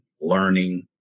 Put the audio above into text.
learning